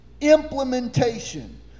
Implementation